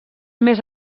més